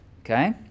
Okay